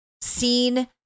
seen